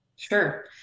Sure